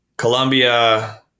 Colombia